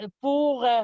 pour